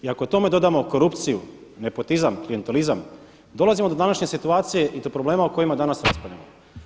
I ako tome dodamo korupciju, nepotizam, klijentalizam, dolazimo do današnje situacije i do problema o kojima danas raspravljamo.